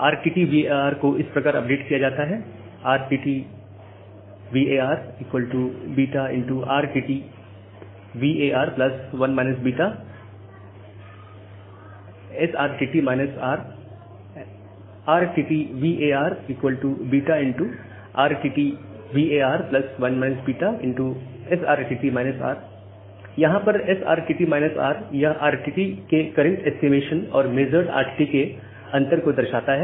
RTTVAR को इस प्रकार अपडेट किया जाता है RTTVAR β X RTTVAR 1 β Ι SRTT R Ι RTTVAR β X RTTVAR 1 β Ι SRTT R Ι यहां पर SRTT R यह RTT के करंट ऐस्टीमेशन और मेजर्ड RTT के अंतर को दर्शाता है